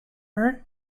her